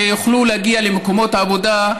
שיוכלו להגיע למקומות עבודה,